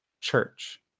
Church